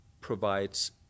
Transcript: provides